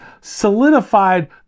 solidified